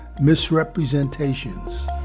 misrepresentations